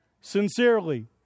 sincerely